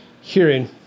hearing